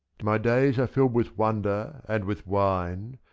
my days are filled with wonder and with wine,